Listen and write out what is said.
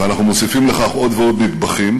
ואנחנו מוסיפים לכך עוד ועוד נדבכים.